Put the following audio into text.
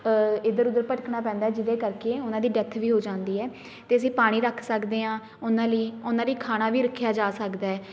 ਇੱਧਰ ਉੱਧਰ ਭਟਕਣਾ ਪੈਂਦਾ ਜਿਹਦੇ ਕਰਕੇ ਉਹਨਾਂ ਦੀ ਡੈਥ ਵੀ ਹੋ ਜਾਂਦੀ ਹੈ ਅਤੇ ਅਸੀਂ ਪਾਣੀ ਰੱਖ ਸਕਦੇ ਹਾਂ ਉਹਨਾਂ ਲਈ ਉਹਨਾਂ ਲਈ ਖਾਣਾ ਵੀ ਰੱਖਿਆ ਜਾ ਸਕਦਾ ਹੈ